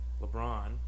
LeBron